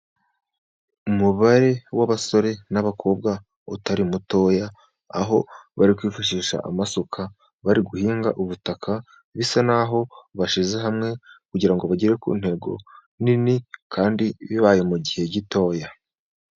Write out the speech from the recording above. Umubare w'abasore n'abakobwa utari mutoya, aho bari kwifashisha amasuka bari guhinga ubutaka, bisa n'aho bashyize hamwe kugira ngo bagere ku ntego nini, kandi bibaye mu gihe gitoya.